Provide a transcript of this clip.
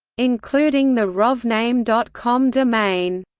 including the rojname dot com domain.